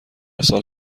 سال